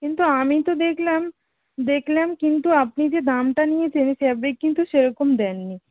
কিন্তু আমি তো দেকলাম দেখলাম কিন্তু আপনি যে দামটা নিয়েছেন ফ্যাব্রিক কিন্তু সেরকম দেন নি